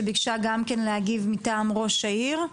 שביקשה גם כן להגיב מטעם ראש העיר.